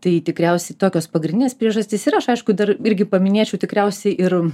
tai tikriausiai tokios pagrindinės priežastys ir aš aišku dar irgi paminėčiau tikriausiai ir